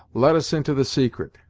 let us into the secret,